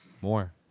More